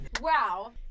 Wow